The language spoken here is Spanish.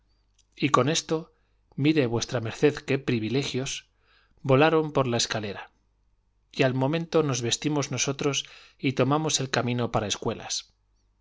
y con esto mire v md qué previlegios volaron por la escalera y al momento nos vestimos nosotros y tomamos el camino para escuelas